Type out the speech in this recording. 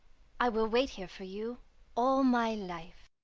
i will wait here for you all my life.